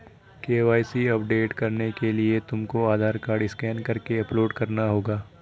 KYC update करने के लिए तुमको आधार कार्ड स्कैन करके अपलोड करना होगा